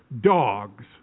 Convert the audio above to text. dogs